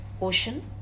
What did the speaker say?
ocean